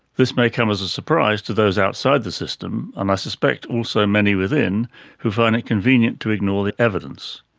this may come as a surprise to those outside the system and um i suspect also many within who find it convenient to ignore the evidence.